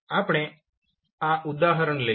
આપણે આ ઉદાહરણ લઈશું